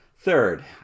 Third